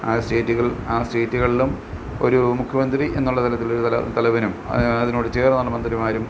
ആ സ്റ്റേറ്റുകൾ ആ സ്റ്റേറ്റുകളിലും ഒരു മുഖ്യമന്ത്രി എന്നുള്ള തലത്തിൽ ഒരു തലവനും അതിനോട് ചേർന്നുള്ള മന്ത്രിമാരും